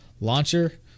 launcher